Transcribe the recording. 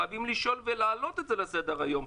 חייבים לשאול ולהעלות את זה על סדר היום.